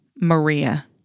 Maria